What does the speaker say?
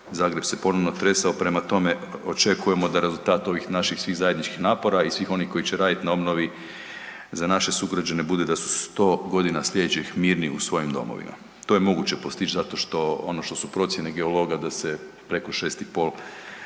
Zagreb se ponovno tresao, prema tome, očekujemo da rezultat ovih naših svih zajedničkih napora i svih onih koji će raditi na obnovi za naše sugrađane bude da 100 godina sljedećih mirni u svojim domovima. To je moguće postići zato što, ono što su procjene geologa da se preko 6,5 ovaj